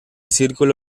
círculo